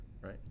right